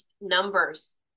numbers